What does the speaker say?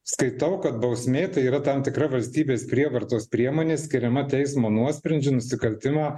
skaitau kad bausmė tai yra tam tikra valstybės prievartos priemonė skiriama teismo nuosprendžiu nusikaltimą